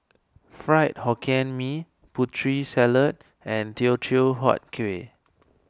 Fried Hokkien Mee Putri Salad and Teochew Huat Kuih